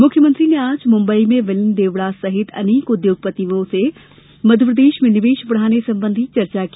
मुख्यमंत्री ने आज मुंबई में मिलिंद देवड़ा सहित अनेक उद्योगपतियों से मध्यप्रदेश में निवेश बढ़ाने संबंधी चर्चा की